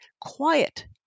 quiet